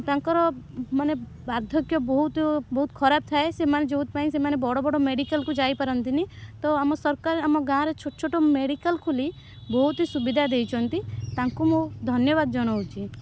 ତାଙ୍କର ମାନେ ବାର୍ଦ୍ଧକ୍ୟ ବହୁତ ବହୁତ ଖରାପ ଥାଏ ସେମାନେ ଯେଉଁଥିପାଇଁ ସେମାନେ ବଡ଼ ବଡ଼ ମେଡ଼ିକାଲ୍କୁ ଯାଇପାରନ୍ତିନି ତ ଆମ ସରକାର ଆମ ଗାଁରେ ଛୋଟ ଛୋଟ ମେଡ଼ିକାଲ୍ ଖୋଲି ବହୁତ ହିଁ ସୁବିଧା ଦେଇଛନ୍ତି ତାଙ୍କୁ ମୁଁ ଧନ୍ୟବାଦ ଜଣାଉଛି